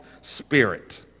spirit